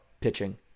pitching